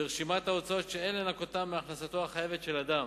לרשימת ההוצאות שאין לנכותן מהכנסתו החייבת של אדם,